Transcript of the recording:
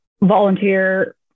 volunteer